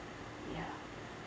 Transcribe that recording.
ya